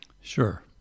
Sure